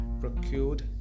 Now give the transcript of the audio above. procured